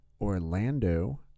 Orlando